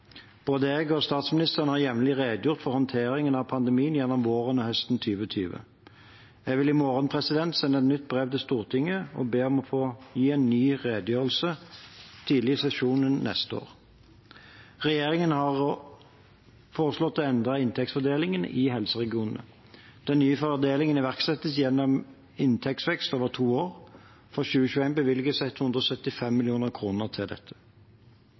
Både jeg og statsministeren har jevnlig redegjort for håndteringen av pandemien gjennom våren og høsten 2020. Jeg vil i morgen sende et nytt brev til Stortinget og be om å få gi en ny redegjørelse tidlig i sesjonen neste år. Regjeringen har foreslått å endre inntektsfordelingen til helseregionene. Den nye fordelingen iverksettes gjennom inntektsvekst over to år. For 2021 bevilges det 175 mill. kr til dette.